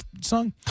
song